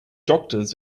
doctors